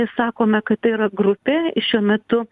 sakome kad tai yra grupė ir šiuo metu